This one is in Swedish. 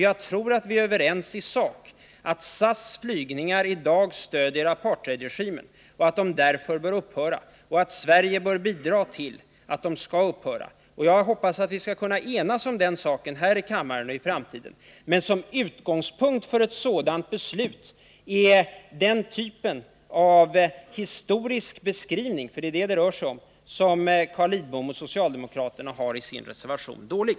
Jag tror att vi är överens i sak om att SAS flygningar i dag stöder apartheidregimen, att de därför bör upphöra och att Sverige bör bidra till att de upphör. Jag hoppas att vi skall kunna enas om den saken här i kammaren både nu och i framtiden, men som utgångspunkt för ett sådant beslut är den här typen av historisk beskrivning — och det är det som det rör sig om — som Carl Lidbom och socialdemokraterna har i sin reservation dålig.